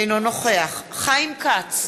אינו נוכח חיים כץ,